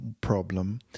problem